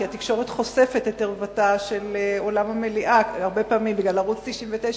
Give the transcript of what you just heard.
כי התקשורת חושפת את ערוות אולם המליאה הרבה פעמים בגלל ערוץ-99,